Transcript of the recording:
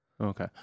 Okay